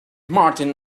martin